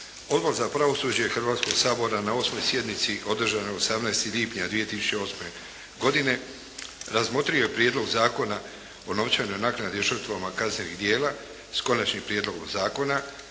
Odbor za pravosuđe Hrvatskoga sabora na 8. sjednici održanoj 18. lipnja 2008. godine razmotrio je Prijedlog zakona o novčanoj naknadi žrtvama kaznenih djela, s konačnim prijedlogom zakona,